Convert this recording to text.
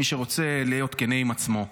מי שרוצה להיות כן עם עצמו.